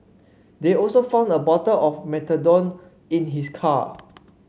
they also found a bottle of methadone in his car